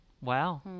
wow